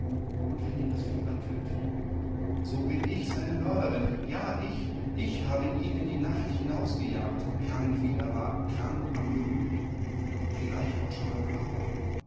und wenn ihn das fieber tötet so bin ich seine mörderin ja ich ich habe ihn in die nacht hinausgejagt krank wie er war krank am gemüt vielleicht auch schon am körper